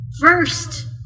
First